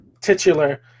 Titular